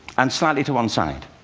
and slightly to one side.